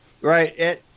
Right